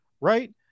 right